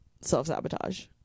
Self-sabotage